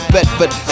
Bedford